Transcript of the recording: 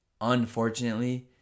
unfortunately